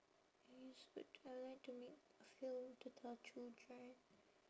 it is good to children